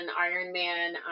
Ironman